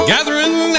Gathering